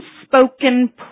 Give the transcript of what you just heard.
unspoken